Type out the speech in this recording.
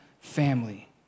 family